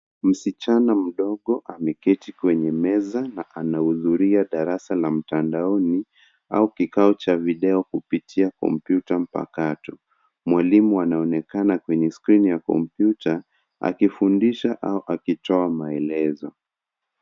Msichana mdogo ameketi kwenye meza na anahuduria darasa la mtandaoni au kikao cha video kupitia kompyuta mpakato. Mwalimu anaonekana kwenye skrini ya kompyuta akifundisha au akitoa maelezo.